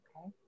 okay